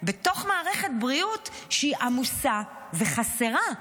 בתוך מערכת בריאות שהיא עמוסה וחסרה,